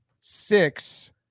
six